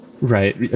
Right